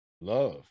Love